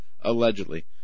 allegedly